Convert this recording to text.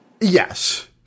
Yes